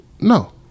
No